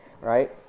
right